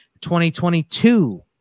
2022